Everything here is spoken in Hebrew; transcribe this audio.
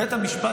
בית המשפט,